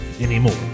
anymore